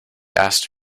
asked